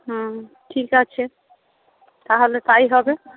হুম ঠিক আছে তাহলে তাই হবে